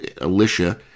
Alicia